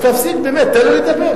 תפסיק, באמת, תן לו לדבר.